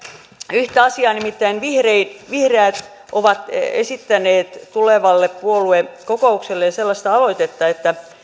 yhtä asiaa nimittäin vihreät vihreät ovat esittäneet tulevalle puoluekokoukselle sellaista aloitetta että